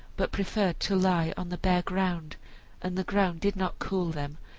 but preferred to lie on the bare ground and the ground did not cool them,